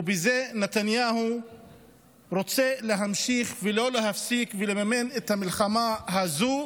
ובזה נתניהו רוצה להמשיך ולא להפסיק ולממן את המלחמה הזו.